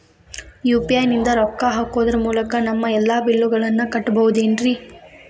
UPI ನಿಂದ ರೊಕ್ಕ ಹಾಕೋದರ ಮೂಲಕ ನಮ್ಮ ಎಲ್ಲ ಬಿಲ್ಲುಗಳನ್ನ ಕಟ್ಟಬಹುದೇನ್ರಿ?